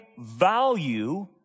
value